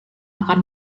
akan